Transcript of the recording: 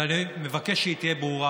ואני מבקש שהיא תהיה ברורה,